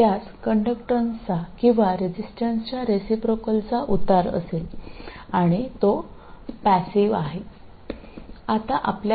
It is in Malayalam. ചാലകതയുടെ ചരിവുകളോ റെസിസ്റ്റൻസ്ന്റെ റേസിപ്രോക്കൽ ഉണ്ടായിരിക്കുമെന്നും അത് നിഷ്ക്രിയവുമാണ്